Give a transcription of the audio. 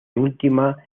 última